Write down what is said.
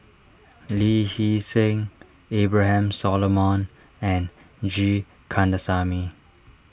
Lee Hee Seng Abraham Solomon and G Kandasamy